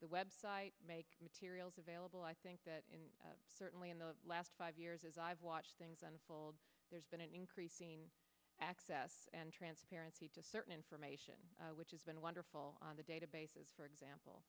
web materials available i think that in certainly in the last five years as i've watched things unfold there's been an increasing access and transparency to certain information which has been wonderful on the databases for example